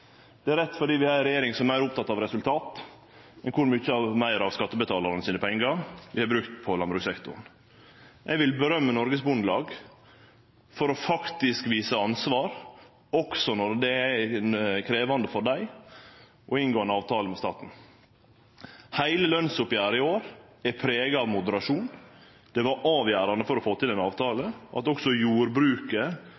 Det er rett fordi vi har ei regjering som er meir oppteken av resultat enn kor mykje meir av skattebetalarane sine pengar vi har brukt på landbrukssektoren. Eg vil rose Norges Bondelag for faktisk å vise ansvar, også når det er krevjande for dei å inngå ein avtale med staten. Heile lønsoppgjeret i år er prega av moderasjon. Det var avgjerande for å få til